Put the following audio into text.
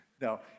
No